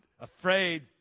afraid